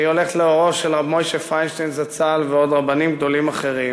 שהיא הולכת לאורו של הרב משה פיינשטיין זצ"ל ועוד רבנים גדולים אחרים,